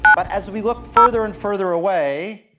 but as we look further and further away,